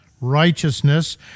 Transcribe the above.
righteousness